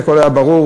הכול היה ברור,